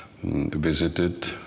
visited